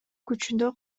күчүндө